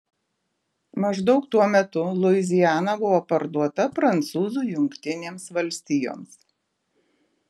maždaug tuo metu luiziana buvo parduota prancūzų jungtinėms valstijoms